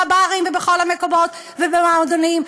בברים ובכל המקומות ובמועדונים.